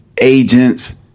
Agents